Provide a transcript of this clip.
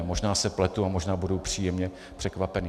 Možná se pletu a možná budu příjemně překvapený.